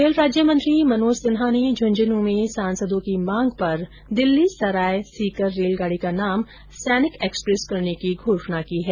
rail राज्यमंत्री मनोज सिन्हा ने झुंझुनूं में सांसदों की मांग पर दिल्ली सराय सीकर रेलगाड़ी का नाम सैनिक एक्सप्रेस करने की घोषणा की है